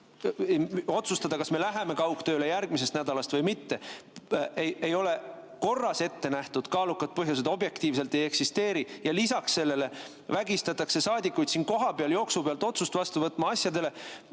otsustada, kas me läheme kaugtööle järgmisest nädalast või mitte. Korras ette nähtud kaalukaid põhjuseid objektiivselt ei eksisteeri ja lisaks sellele vägistatakse saadikuid siin kohapeal jooksu pealt otsust vastu võtma asjades,